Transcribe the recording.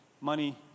money